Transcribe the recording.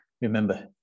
Remember